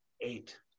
eight